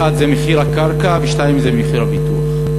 אחת זה מחיר הקרקע, ושתיים זה מחיר הביטוח.